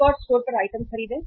एक और स्टोर पर आइटम खरीदें